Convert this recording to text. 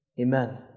Amen